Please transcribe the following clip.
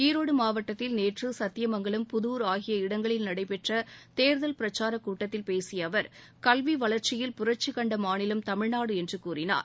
ஈரோடு மாவட்டத்தில் நேற்று சத்தியமங்கலம் புதூர் ஆகிய இடங்களில் நடைபெற்ற தேர்தல் பிரச்சார கூட்டத்தில் பேசிய அவர் கல்வி வளர்ச்சியில் புரட்சி கண்ட மாநிலம் தமிழ்நாடு என்று கூறினார்